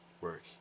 work